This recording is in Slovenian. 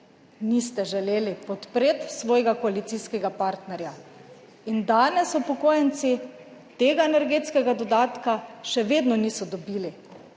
niste želeli podpreti svojega koalicijskega partnerja, in danes upokojenci tega energetskega dodatka še vedno niso dobili.